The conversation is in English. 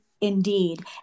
indeed